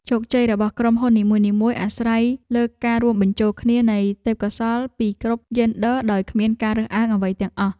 ជោគជ័យរបស់ក្រុមហ៊ុននីមួយៗអាស្រ័យលើការរួមបញ្ចូលគ្នានៃទេពកោសល្យពីគ្រប់យេនឌ័រដោយគ្មានការរើសអើងអ្វីទាំងអស់។